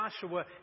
Joshua